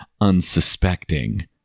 unsuspecting